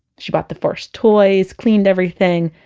she bought the first toys, cleaned everything.